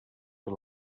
for